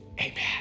amen